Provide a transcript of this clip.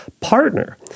partner